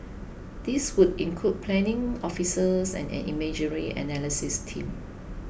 these would include planning officers and an imagery analysis team